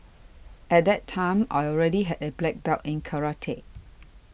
at that time I already had a black belt in karate